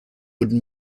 would